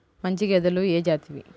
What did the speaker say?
మంచి గేదెలు ఏ జాతివి?